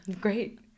Great